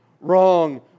wrong